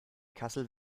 kassel